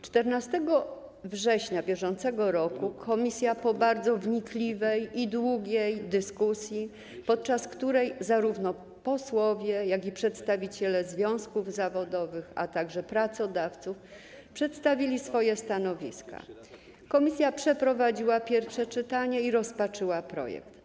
14 września br. komisja po bardzo wnikliwej i długiej dyskusji, podczas której zarówno posłowie, jak i przedstawiciele związków zawodowych, a także pracodawców przedstawili swoje stanowiska, przeprowadziła pierwsze czytanie i rozpatrzyła projekt.